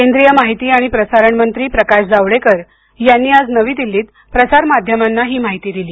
केंद्रीय माहिती आणि प्रसारण मंत्री प्रकाश जावडेकर यांनी आज नवी दिल्लीत प्रसार माध्यमांना ही माहिती दिली